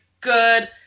good